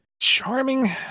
Charming